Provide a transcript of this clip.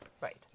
Right